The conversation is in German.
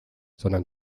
sondern